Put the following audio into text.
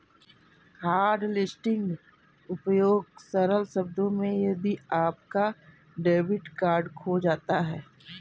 hotlisting उपयोग सरल शब्दों में यदि आपका डेबिट कार्ड खो जाता है